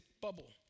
bubble